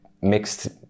mixed